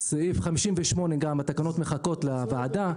-- סעיף 58 גם, התקנות מחכות לוועדה.